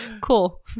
Cool